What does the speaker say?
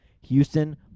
Houston